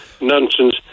nonsense